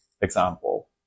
example